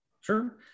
Sure